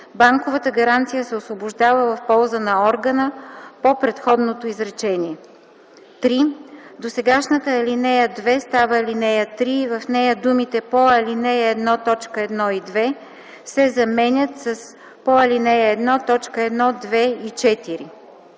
банковата гаранция се освобождава в полза на органа по предходното изречение.” 3. Досегашната ал. 2 става ал. 3 и в нея думите „по ал. 1, т. 1 и 2” се заменят с „по ал. 1, т. 1, 2 и 4”.